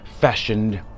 fashioned